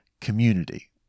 community